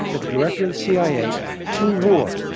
the director the cia to war.